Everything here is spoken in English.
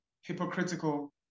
hypocritical